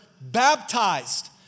baptized